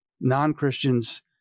non-Christians